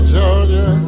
Georgia